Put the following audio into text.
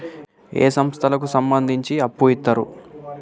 ఏ సంస్థలకు సంబంధించి అప్పు ఇత్తరు?